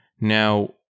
now